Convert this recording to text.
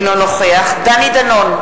אינו נוכח דני דנון,